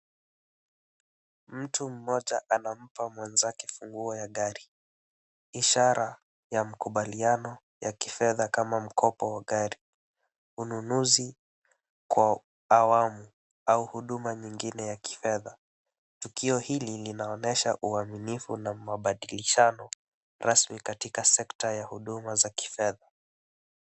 Mtu mmoja anampa mwenzake funguo za gari, ishara ya mkubaliano ya kifedha kama mkopo wa gari. Ununuzi kwa awamu au huduma nyingine ya kifedha. Tukio hili linaonyesha uaminifu na mabadilishano, rasmi katika sekta ya huduma za kifedha.